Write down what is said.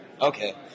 Okay